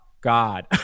God